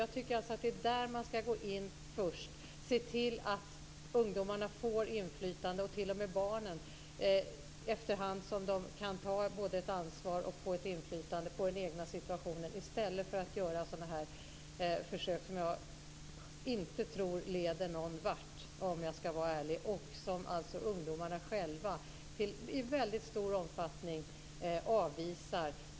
Jag tycker alltså att det är där som man först ska gå in och se till att ungdomarna får inflytande och t.o.m. barnen efterhand som de kan både ta ett ansvar och få ett inflytande på den egna situationen i stället för att göra sådana här försök som jag inte tror leder någon vart, om jag ska vara ärlig, och som ungdomarna själva i väldigt stor omfattning avvisar.